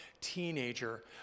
teenager